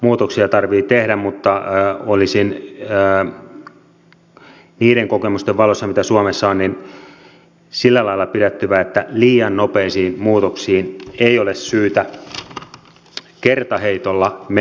muutoksia tarvitsee tehdä mutta olisin niiden kokemusten valossa mitä suomessa on sillä lailla pidättyvä että liian nopeisiin muutoksiin ei ole syytä kertaheitolla mennä